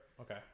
okay